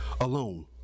alone